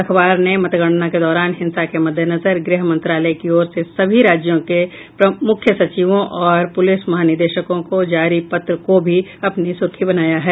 अखबार ने मतगणना के दौरान हिंसा के मद्देनजर गृह मंत्रालय की ओर से सभी राज्यों के मुख्य सचिवों और प्रलिस महानिदेशकों को जारी पत्र को भी अपनी सुर्खी बनाया है